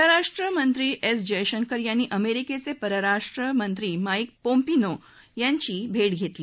परराष्ट्र मंत्री एस जयशंकर यांनी अमेरिकेचे परराष्ट्र मंत्री मा िक्र पोम्पिओ यांची भेट घेतली